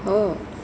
oh